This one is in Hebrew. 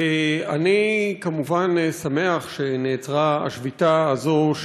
אני כמובן שמח שנעצרה השביתה הזאת,